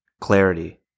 clarity